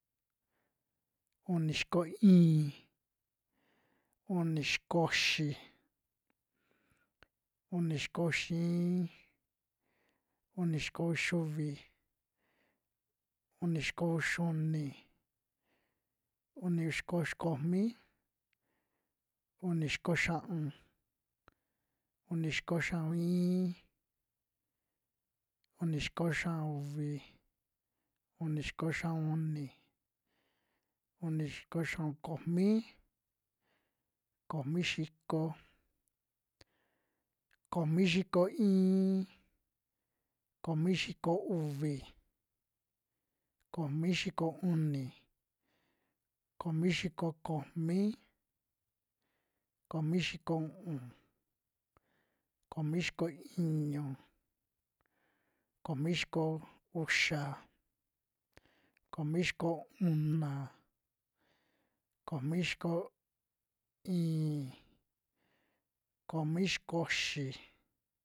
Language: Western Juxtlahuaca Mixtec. Uni xiko i'in, uni xiko uxi, uni xiko uxi iin, uni xiko uxiuvi, uni xiko uxiuni, uni xiko uxi komi, uni xiko xia'un, uni xiko xia'un iin, uni xiko xia'un uvi, uni xiko xia'un uni, uni xiko xia'un komi, komi xiko, komi xiko iin, komi xiko uvi, komi xiko uni, komi xiko komi, komi xiko u'un, komi xiko iñu, komi xiko uxa, komi xiko una, komi xiko i'in, komi xiko uxi.